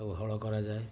ତାକୁ ହଳ କରାଯାଏ